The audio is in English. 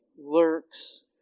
lurks